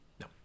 No